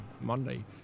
Monday